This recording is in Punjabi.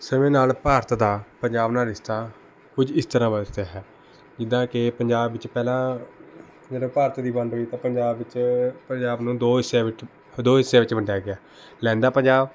ਸਮੇਂ ਨਾਲ਼ ਭਾਰਤ ਦਾ ਪੰਜਾਬ ਨਾਲ਼ ਰਿਸ਼ਤਾ ਕੁਝ ਇਸ ਤਰ੍ਹਾਂ ਹੈ ਜਿੱਦਾਂ ਕਿ ਪੰਜਾਬ ਵਿੱਚ ਪਹਿਲਾਂ ਜਦੋਂ ਭਾਰਤ ਦੀ ਵੰਡ ਹੋਈ ਤਾਂ ਪੰਜਾਬ ਵਿੱਚ ਪੰਜਾਬ ਨੂੰ ਦੋ ਹਿੱਸਿਆਂ ਵਿੱਚ ਦੋ ਹਿੱਸਿਆਂ ਵਿੱਚ ਵੰਡਿਆ ਗਿਆ ਲਹਿੰਦਾ ਪੰਜਾਬ